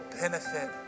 benefit